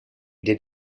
did